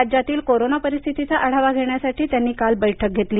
राज्यातील कोरोना परिस्थितीचा आढावा घेण्यासाठी मुख्यमंत्र्यांनी काल बैठक घेतली